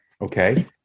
Okay